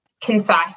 concise